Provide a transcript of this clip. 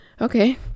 Okay